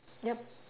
yup